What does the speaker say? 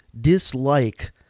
dislike